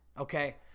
okay